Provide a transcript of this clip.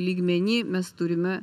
lygmeny mes turime